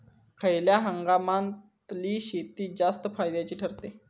खयल्या हंगामातली शेती जास्त फायद्याची ठरता?